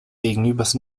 gegenübers